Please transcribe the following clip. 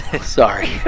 Sorry